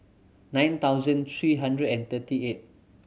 nine thousand three hundred and thirty eight